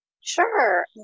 Sure